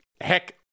heck